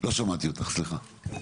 כפי